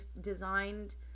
designed